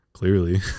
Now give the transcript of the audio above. Clearly